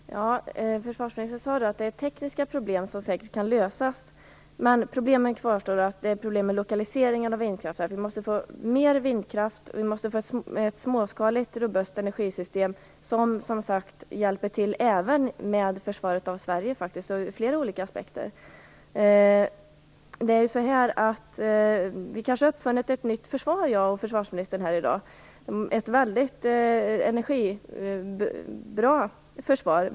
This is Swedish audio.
Fru talman! Försvarsministern sade att de tekniska problemen säkerligen kan lösas. Men problemet med lokaliseringen av vindkraftverk kvarstår. Vi måste få mer vindkraft och ett småskaligt robust energisystem som även hjälper till med försvaret av Sverige. Vi har kanske uppfunnit ett nytt försvar jag och försvarsministern här i dag, ett väldigt bra försvar sett från energisynpunkt.